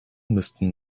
müssten